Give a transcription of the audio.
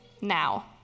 now